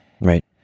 Right